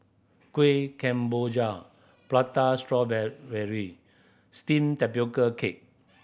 Kueh Kemboja prata steamed tapioca cake